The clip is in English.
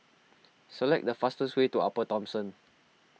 select the fastest way to Upper Thomson